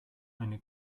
eine